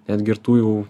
net gi ir tų jau